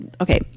okay